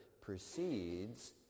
precedes